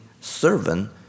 servant